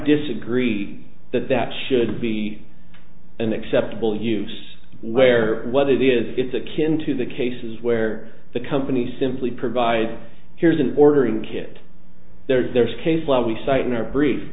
disagree that that should be an acceptable use where what it is it's akin to the cases where the companies simply provide here's an ordering kit there's case law we cite in our brief